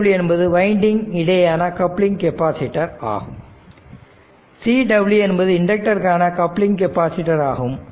Cw என்பது winding இடையேயான coupling capacitor ஆகும் Cw என்பது இண்டக்டர்கான கப்ளிங் கெபாசிட்டர் ஆகும்